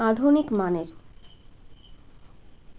আধুনিক মানের